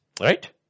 Right